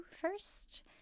First